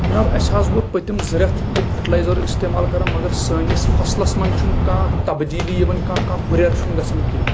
جِناب اَسہِ حظ ووٚت پٔتِم زٕ رٮ۪تھ یِم فٔٹلایزر اِستعمال کران مَگر سٲنِس فصلَس منٛز چھُ نہٕ کانٛہہ تَبدیٖلی یِوان کانٛہہ کانٛہہ ہُریر چھُ نہٕ گژھان کیٚنٛہہ